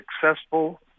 successful